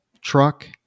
truck